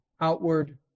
Outward